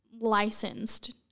licensed